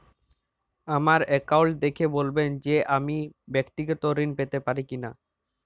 আমার অ্যাকাউন্ট দেখে বলবেন যে আমি ব্যাক্তিগত ঋণ পেতে পারি কি না?